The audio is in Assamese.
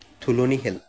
থুলনি খেল